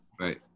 Right